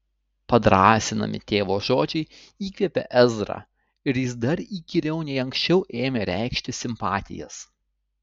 padrąsinami tėvo žodžiai įkvėpė ezrą ir jis dar įkyriau nei anksčiau ėmė reikšti simpatijas